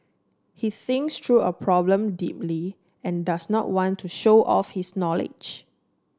he thinks through a problem deeply and does not want to show off his knowledge